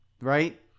right